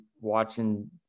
watching